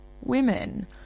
women